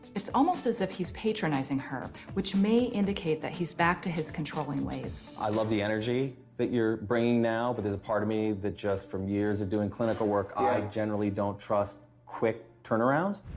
it's almost as if he's patronizing her, which may indicate that he's back to his controlling ways. i love the energy that you're bringing now, but there's a part of me that just, from years of doing clinical work, i generally don't trust quick turnarounds.